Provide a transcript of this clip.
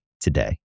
today